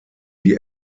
die